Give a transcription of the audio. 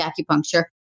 acupuncture